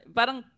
parang